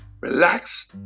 relax